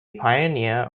pioneer